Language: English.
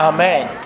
Amen